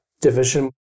division